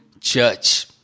church